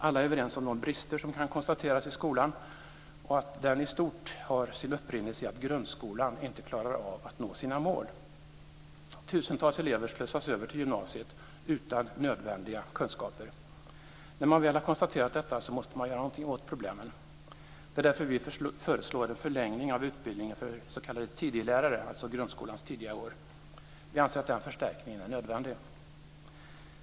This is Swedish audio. Alla är överens om de brister som kan konstateras i skolan och att de i stort har sin upprinnelse i att grundskolan inte klarar av att nå sina mål. Tusentals elever slussas över till gymnasiet utan nödvändiga kunskaper. När man väl har konstaterat detta måste man göra någonting åt problemen. Det är därför som vi föreslår en förlängning av utbildningen för s.k. tidigarelärare, dvs. lärare i grundskolans tidiga år. Vi anser att den förstärkningen är nödvändig.